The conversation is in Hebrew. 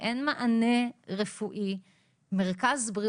בסופו של דבר אין מרכז בריאות